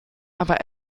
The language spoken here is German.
aber